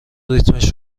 ریتمش